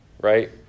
right